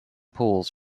pools